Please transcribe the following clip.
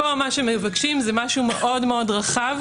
מבקשים פה משהו מאוד-מאוד רחב,